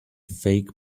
fake